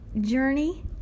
journey